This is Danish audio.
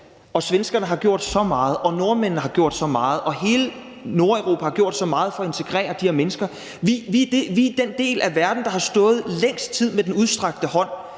og svenskerne har gjort så meget, og nordmændene har gjort så meget, og hele Nordeuropa har gjort så meget for at integrere de her mennesker. Vi er den del af verden, der har stået længst tid med den udstrakte hånd.